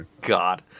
God